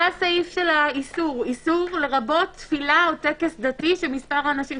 זה הסעיף של האיסור איסור לרבות תפילה או טקס דתי של מספר אנשים.